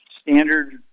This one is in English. standard